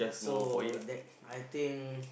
so that I think